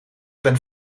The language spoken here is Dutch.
ben